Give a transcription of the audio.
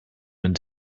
and